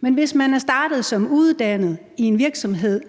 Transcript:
Men hvis man er startet som uddannet i en virksomhed,